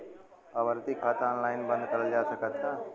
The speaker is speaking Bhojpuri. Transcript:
आवर्ती खाता ऑनलाइन बन्द करल जा सकत ह का?